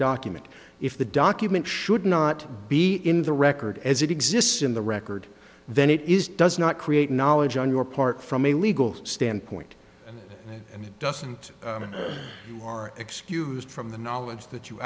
document if the document should not be in the record as it exists in the record then it is does not create knowledge on your part from a legal standpoint and it doesn't mean you are excused from the knowledge that you